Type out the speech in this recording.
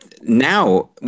now